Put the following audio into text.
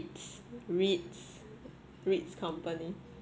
reads reads company